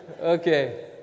Okay